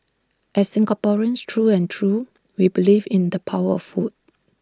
as Singaporeans through and through we believe in the power of food